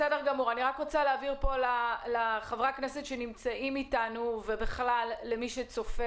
אני רוצה להבהיר לחברי הכנסת שנמצאים פה ולמי שצופה